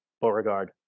Beauregard